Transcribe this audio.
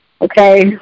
okay